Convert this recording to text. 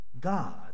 God